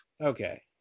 okay